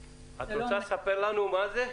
רוצה לספר לנו מה זה?